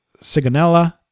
Sigonella